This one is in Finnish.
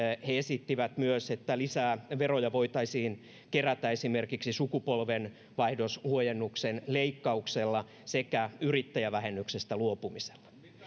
he esittivät myös että lisää veroja voitaisiin kerätä esimerkiksi sukupolvenvaihdoshuojennuksen leikkauksella sekä yrittäjävähennyksestä luopumisella